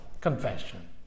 confession